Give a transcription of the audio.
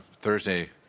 Thursday